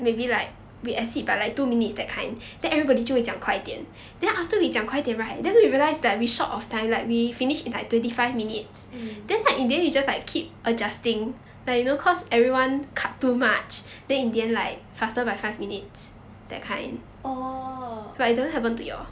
mm orh